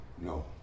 No